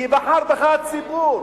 כי בחר בך הציבור.